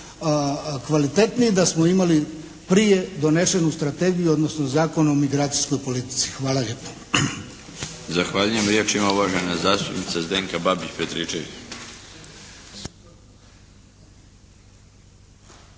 kvalitetniji da smo imali prije donešenu strategiju, odnosno Zakon o migracijskoj politici. Hvala lijepo. **Milinović, Darko (HDZ)** Zahvaljujem. Riječ ima uvažena zastupnica Zdenka Babić Petričević.